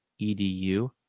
edu